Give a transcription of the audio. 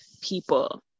people